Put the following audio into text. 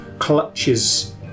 Clutches